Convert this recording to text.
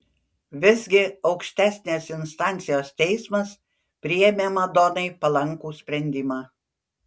visgi aukštesnės instancijos teismas priėmė madonai palankų sprendimą